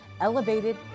elevated